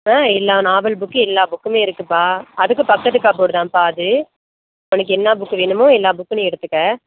ஆ எல்லா novel book எல்லா புக்குமே இருக்குப்பா அதுக்கு பக்கத்து கபோடுதான்ப்பா அது உனக்கு என்னா புக் வேணுமோ எல்லா புக்கும் நீ எடுத்துக்க